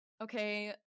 okay